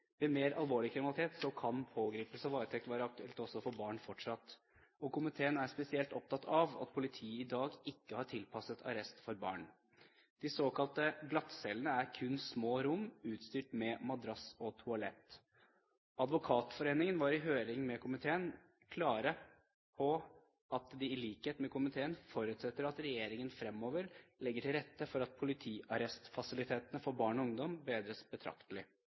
Ved mer alvorlig kriminalitet kan pågripelse og varetekt fortsatt være aktuelt for barn. Komiteen er spesielt opptatt av at politiet i dag ikke har tilpasset arrest for barn. De såkalte glattcellene er kun små rom, utstyrt med madrass og toalett. Advokatforeningen var i høring med komiteen klare på at de, i likhet med komiteen, forutsetter at regjeringen fremover legger til rette for at politiarrestfasilitetene for barn og ungdom bedres betraktelig.